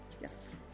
Yes